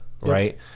right